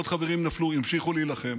עוד חברים נפלו, המשיכו להילחם,